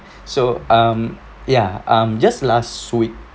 so um yeah um just last week